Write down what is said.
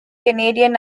canadian